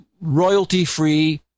royalty-free